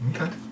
Okay